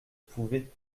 pouvait